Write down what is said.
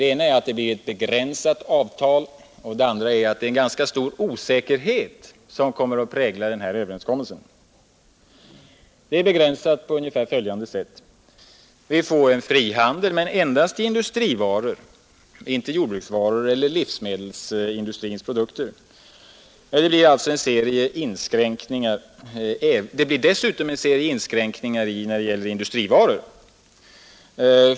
Den ena är att det blir ett begränsat avtal, den andra att en ganska stor osäkerhet kommer att prägla denna överenskommelse. Avtalet är begränsat på ungefär följande sätt. Vi får en frihandel men endast för industrivaror, inte för jordbruksvaror eller för livsmedelsindustrins produkter. Det blir dessutom en serie inskränkningar.